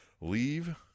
leave